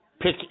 Pick